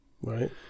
right